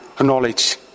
knowledge